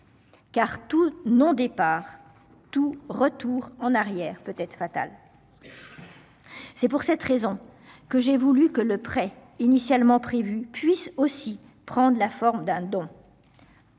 Car tout non départ tout retour en arrière peut être fatal. C'est pour cette raison que j'ai voulu que le prêt initialement prévue puissent aussi prendre la forme d'un don.